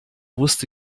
wusste